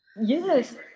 Yes